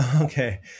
Okay